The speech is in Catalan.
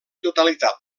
totalitat